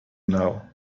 now